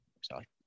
Sorry